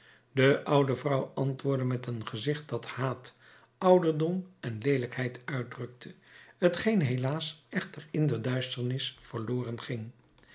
de oude vrouw antwoordde met een gezicht dat haat ouderdom en leelijkheid uitdrukte t geen helaas echter in de duisternis verloren ging